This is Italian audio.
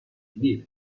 femminile